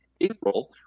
April